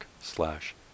slash